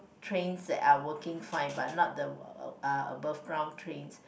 trains that are working fine but not the uh above ground trains